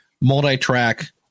multi-track